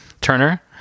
Turner